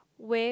wave